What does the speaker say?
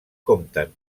compten